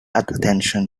attention